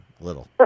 Little